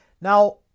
Now